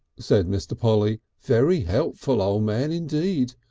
said mr. polly very helpful, o' man indeed.